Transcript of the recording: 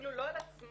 אפילו לא על עצמה,